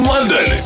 London